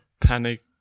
panic